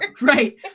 Right